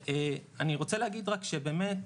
ואני רוצה להגיד רק שבאמת